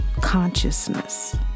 consciousness